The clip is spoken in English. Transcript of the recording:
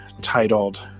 titled